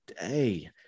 day